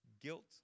Guilt